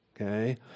Okay